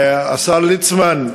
השר ליצמן,